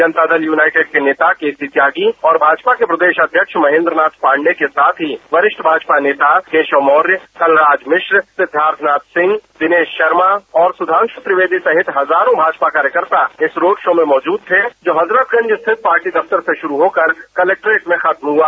जनता Dal United के नेता K C Tyagi और भाजपा के प्रदेश अध्यक्ष महेन्द्र नाथ पांडेय के साथ ही वरिष्ठ भाजपा नेता केशव मौर्य कलराज मिश्र सिद्धार्थनाथ सिंह दिनेश शर्मा और सुधांशु त्रिवेदी सहित हजारों भाजपा कार्यकर्ता इस रोड शो में मौजूद थे जो हजरतगंज स्थित पार्टी दफ्तर से शुरू होकर कलेक्ट्रेट में खत्म हुआ